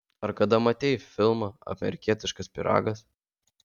ar kada matei filmą amerikietiškas pyragas